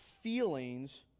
feelings